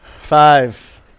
Five